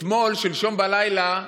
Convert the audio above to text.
אתמול, שלשום בלילה,